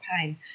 pain